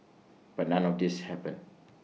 but none of this happened